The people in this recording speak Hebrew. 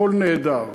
שהכול נהדר.